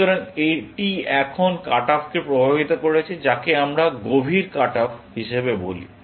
সুতরাং এটি এখন কাট অফকে প্রভাবিত করেছে যাকে আমরা একটি গভীর কাট অফ হিসাবে বলি